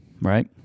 right